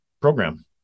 program